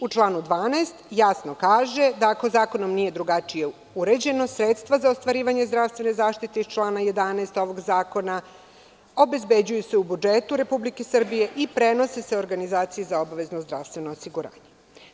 U članu 12. se jasno kaže da ako zakonom nije drugačije uređeno, sredstva za ostvarivanje zdravstvene zaštite iz člana 11. ovog zakona obezbeđuju se u budžetu Republike Srbije i prenose se organizaciji za obavezno zdravstveno osiguranje.